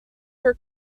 her